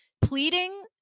pleading